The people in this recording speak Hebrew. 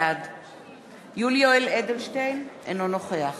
בעד יולי יואל אדלשטיין, אינו נוכח